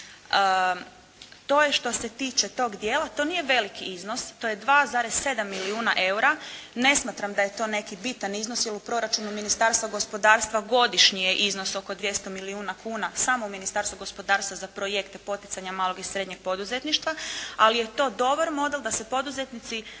To je što se tiče tog dijela, to nije veliki iznos, to je 2,7 milijuna eura. Ne smatram da je to neki bitan iznos, jer u proračunu Ministarstva gospodarstva godišnji je iznos oko 200 milijuna kuna, samo Ministarstvo gospodarstva za projekt poticanja malog i srednjeg poduzetništva, ali je to dobar model da se poduzetnici